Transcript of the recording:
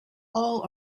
all